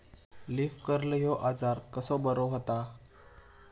Leaf curl ह्यो आजार कसो बरो व्हता?